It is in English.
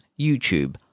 YouTube